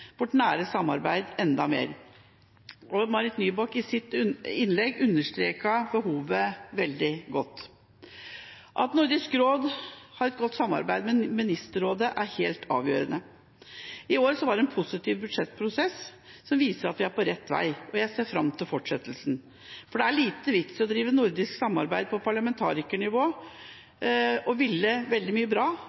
vårt nære samarbeid enda mer. Marit Nybakk understreket i sitt innlegg behovet veldig godt. At Nordisk råd har et godt samarbeid med Ministerrådet, er helt avgjørende. Sist år var det en positiv budsjettprosess, som viser at vi er på rett vei. Jeg ser fram til fortsettelsen, for det er liten vits i å drive nordisk samarbeid på parlamentarikernivå og ville veldig mye bra,